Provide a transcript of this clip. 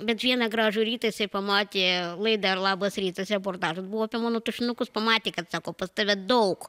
bet vieną gražų rytą jisai pamatė laidą labas rytas reportažas buvo apie mano tušinukus pamatė kad sako pas tave daug